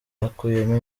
akuyemo